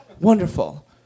Wonderful